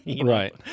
Right